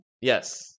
yes